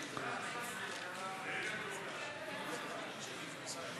אדוני היושב-ראש,